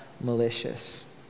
Malicious